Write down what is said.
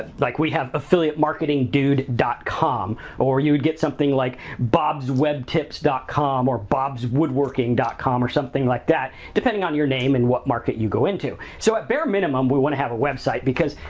ah like we have affiliatemarketingdude dot com or you would get something like bobswebtips dot com or bobswoodworking dot com or something like that, depending on your name and what market you go into. so, at bare minimum, we wanna have a website because,